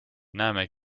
näeme